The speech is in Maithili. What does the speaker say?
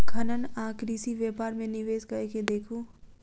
खनन आ कृषि व्यापार मे निवेश कय के देखू